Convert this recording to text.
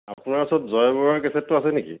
আপোনাৰ ওচৰত জয় বৰুৱাৰ কেছেটটো আছে নেকি